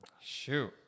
Shoot